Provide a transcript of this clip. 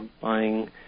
buying